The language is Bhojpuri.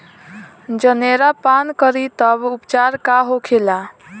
जनेरा पान करी तब उपचार का होखेला?